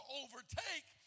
overtake